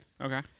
Okay